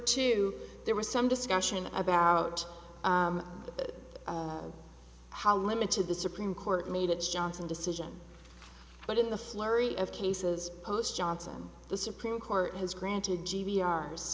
two there was some discussion about how limited the supreme court made its johnson decision but in the flurry of cases post johnson the supreme court has granted g v ours